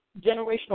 generational